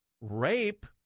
rape